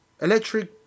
Electric